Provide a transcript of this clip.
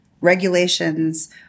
regulations